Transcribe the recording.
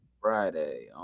Friday